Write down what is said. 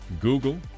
Google